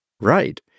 right